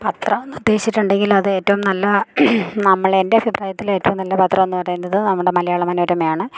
പത്രം എന്ന് ഉദ്ദേശിച്ചിട്ടുണ്ടെങ്കിൽ നല്ല നമ്മള് എൻ്റെ അഭിപ്രായത്തില് ഏറ്റവും നല്ല പത്രം എന്ന് പറയുന്നത് നമ്മുടെ മലയാള മനോരമയാണ്